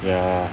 ya